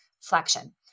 flexion